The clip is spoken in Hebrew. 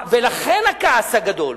ולכן הכעס הגדול.